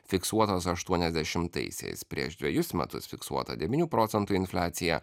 fiksuotos aštuoniasdešimtaisiais prieš dvejus metus fiksuota devynių procentų infliacija